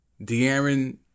De'Aaron